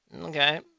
Okay